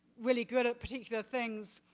really good at particular things,